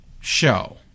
show